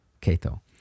Cato